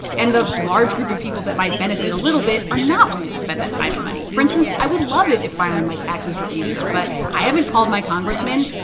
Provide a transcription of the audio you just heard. and the large group of people that might benefit a little bit are not willing to spend that time and money. for instance, i would love it if filing my taxes were easier, but i haven't called my congressman.